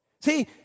See